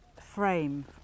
frame